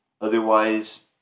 Otherwise